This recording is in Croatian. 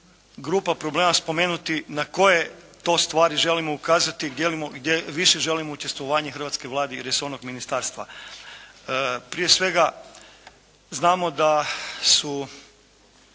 grupa problema spomenuti na koje to stvari želimo ukazati gdje više želimo učestvovanje hrvatske Vlade i resornog ministarstva. Prije svega, znamo da su